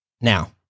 Now